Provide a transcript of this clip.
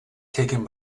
taken